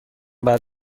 بعد